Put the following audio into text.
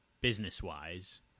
business-wise